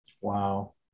Wow